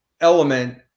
element